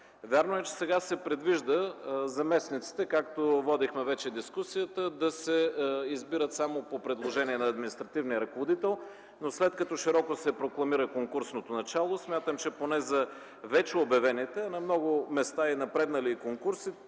Вярно е, че сега се предвижда заместниците, както водихме вече дискусията, да се избират само по предложение на административния ръководител, но след като широко се прокламира конкурсното начало, смятам, че поне за вече обявените, а на много места и напреднали конкурси,